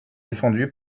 défendue